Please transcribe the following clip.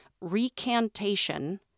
recantation